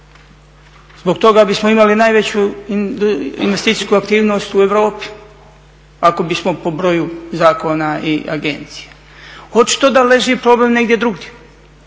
Zbog toga bismo imali najveću investicijsku aktivnost u Europi ako bismo po broju zakona i agencija. Očito da leži problem negdje drugdje.